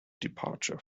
departure